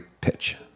pitch